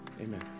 Amen